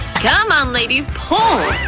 come on ladies, pull!